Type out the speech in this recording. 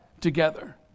together